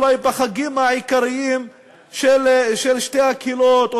אולי בחגים העיקריים של שתי הקהילות,